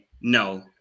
no